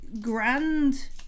grand